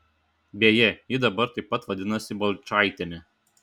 beje ji dabar taip pat vadinasi balčaitiene